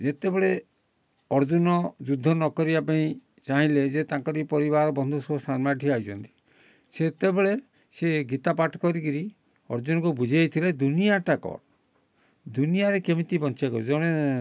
ଯେତେବେଳେ ଅର୍ଜୁନ ଯୁଦ୍ଧ ନ କରିବା ପାଇଁ ଚାହିଁଲେ ଯେ ତାଙ୍କରି ପରିବାର ବନ୍ଧୁ ସବୁ ସାମ୍ନାରେ ଠିଆ ହେଇଛନ୍ତି ସେତେବେଳେ ସେ ଗୀତ ପାଠ କରିକିରି ଅର୍ଜୁନକୁ ବୁଝେଇଥିଲେ ଦୁନିଆଟା କ'ଣ ଦୁନିଆରେ କେମିତି ବଞ୍ଚିବାକୁ ଜଣେ